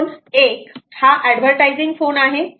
phone 1 हा advertising phone आहे